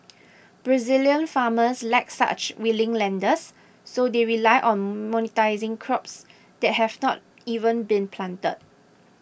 Brazilian farmers lack such willing lenders so they rely on monetising crops that have not even been planted